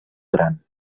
gran